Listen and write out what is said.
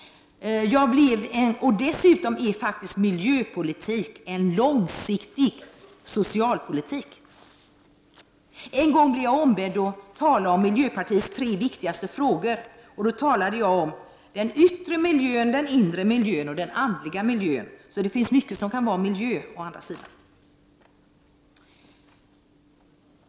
Dessutom är miljöpolitik en långsiktig socialpolitik. En gång blev jag ombedd att tala om miljöpartiets tre viktigaste frågor. Då talade jag om den yttre miljön, den inre miljön och den andliga miljön. Det finns mycket som kan vara miljö.